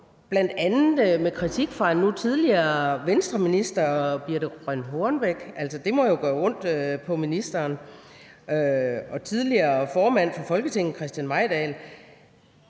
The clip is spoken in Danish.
bl.a. med kritik fra en nu tidligere Venstreminister, nemlig Birthe Rønn Hornbech – det må jo gøre ondt på ministeren – og tidligere formand for Folketinget Christian Mejdahl,